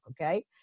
okay